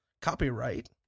copyright